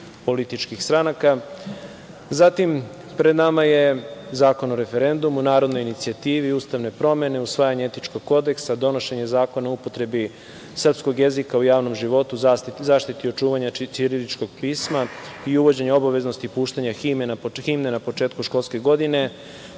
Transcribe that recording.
političkih stranaka. Zatim, pred nama je Zakon o referendumu, narodnoj inicijativi, ustavne promene, usvajanje etičkog kodeksa, donošenje zakona o upotrebi srpskog jezika u javnom životu, zaštiti očuvanja ćiriličnog pisma i uvođenje obaveznosti puštanje himne na početku školske godine. Pored